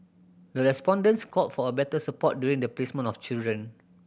the respondents called for a better support during the placement of children